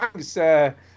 thanks